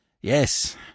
Yes